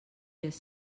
les